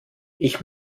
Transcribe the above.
ich